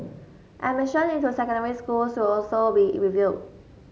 admission into secondary schools will also be reviewed